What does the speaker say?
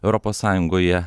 europos sąjungoje